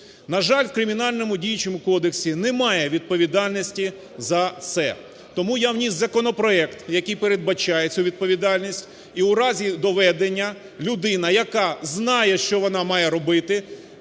На жаль, в Кримінальному діючому кодексі немає відповідальності за це. Тому я вніс законопроект, який передбачає цю відповідальність, і у разі доведення людина, яка знає, що вона має робити,